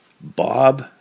Bob